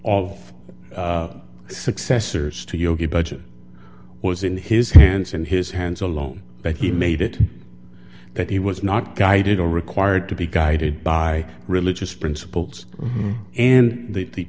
of successors to yogi budget was in his hands in his hands alone but he made it that he was not guided or required to be guided by religious principles and the